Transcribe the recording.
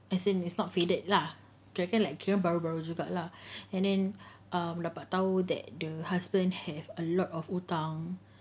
as in it's not faded lah drag until like baru baru juga lah and then um bagaimana tahu that the husband have a lot of hutang